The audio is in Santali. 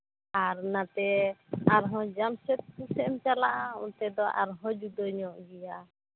ᱟᱨ ᱚᱱᱟᱛᱮ ᱟᱨᱦᱚᱸ ᱡᱟᱢᱥᱮᱫᱯᱩᱨ ᱥᱮᱡ ᱮᱢ ᱪᱟᱞᱟᱜᱼᱟ ᱚᱱᱛᱮ ᱫᱚ ᱟᱨᱦᱚᱸ ᱡᱩᱫᱟᱹ ᱧᱚᱜ ᱜᱮᱭᱟ